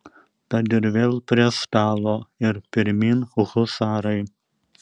tad ir vėl prie stalo ir pirmyn husarai